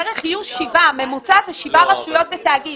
בערך יהיו 7. הממוצע זה 7 רשויות בתאגיד,